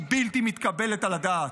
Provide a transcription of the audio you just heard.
היא בלתי מתקבלת על הדעת.